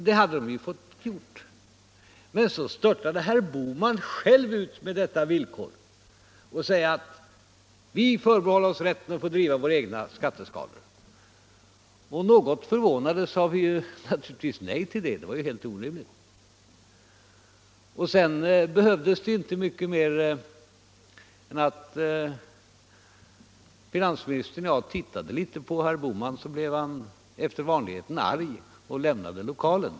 Det hade de väl fått göra, men så störtade herr Bohman själv ut med detta villkor och sade: Vi förbehåller oss rätten att driva våra egna skatteskalor. Något förvånade sade vi naturligtvis nej till det; det var helt orimligt. Sedan behövdes det inte mycket mer än att finansministern och jag tittade litet på herr Bohman förrän han efter vanligheten blev arg och lämnade lokalen.